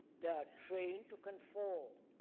they are trained to conform,